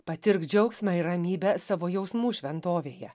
patirk džiaugsmą ir ramybę savo jausmų šventovėje